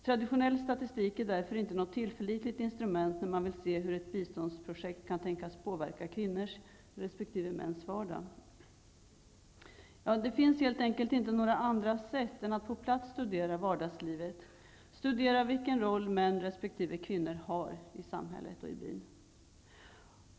Traditionell statistik är därför inte något tillförlitligt instrument när man vill se hur ett biståndsprojekt kan tänkas påverka kvinnors resp. mäns vardag. Det finns helt enkelt inte några andra sätt än att på plats studera vardagslivet -- vilken roll män resp. kvinnor har i samhället och i byn.